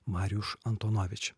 mariuš antonovič